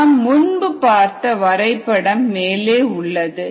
நாம் முன்பு பார்த்த வரைபடம் மேலே உள்ளது